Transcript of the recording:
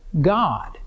God